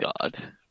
god